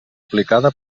aplicada